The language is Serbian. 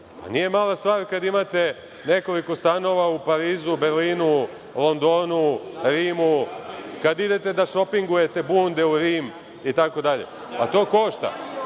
Nije mala stvar kada imate nekoliko stanova u Parizu, Berlinu, Londonu, Rimu, kada idete da šopingujete bunde u Rim itd. To košta. Jedan